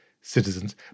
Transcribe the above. citizens